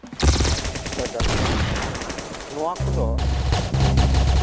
ᱵᱮᱫᱟᱱᱟ ᱱᱚᱣᱟ ᱠᱚᱫᱚ